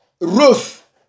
Ruth